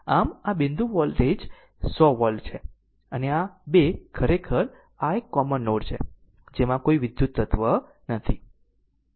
આમ આ બિંદુ વોલ્ટેજ 100 વોલ્ટ છે અને આ 2 આ ખરેખર એક કોમન નોડ છે જેમાં કોઈ વિદ્યુત તત્વ નથી